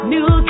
New